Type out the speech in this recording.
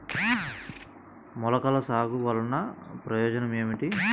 మొలకల సాగు వలన ప్రయోజనం ఏమిటీ?